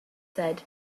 said